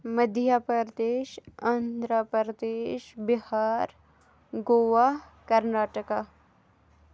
Madhya Pradesh Andhra Pradesh Bihar Goa Karnataka